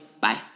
bye